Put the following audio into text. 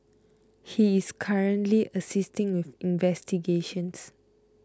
he is currently assisting with investigations